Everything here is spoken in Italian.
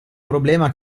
problema